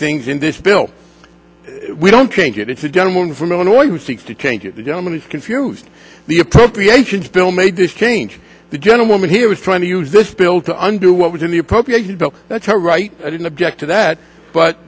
things in this bill we don't change it it's a gentleman from illinois who seeks to change it the government is confused the appropriations bill made this change the gentleman here was trying to use this bill to under what was in the appropriations bill that's right i didn't object to that but